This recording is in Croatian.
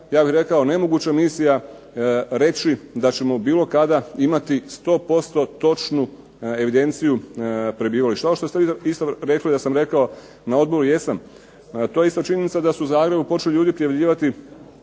ja bih rekao nemoguća misija reći da ćemo bilo kada imati sto posto točnu evidenciju prebivališta. Ovo što ste vi isto rekli da sam rekao na odboru jesam. To je isto činjenica da su u Zagrebu počeli ljudi prijavljivati